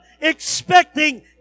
expecting